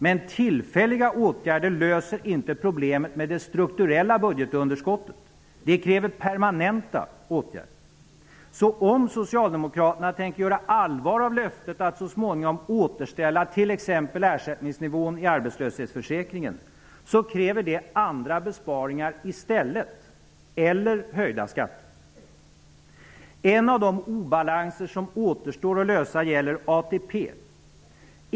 Men tillfälliga åtgärder löser inte problemet med det strukturella budgetunderskottet. Det kräver permanenta åtgärder. Så om Socialdemokraterna tänker göra allvar av löftet att så småningom återställa t.ex. ersättningsnivån i arbetslöshetsförsäkringen kräver det andra besparingar i stället, eller höjda skatter. En av de obalanser som återstår att lösa gäller ATP.